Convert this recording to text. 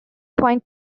point